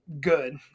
good